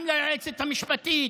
גם ליועצת המשפטית